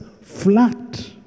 flat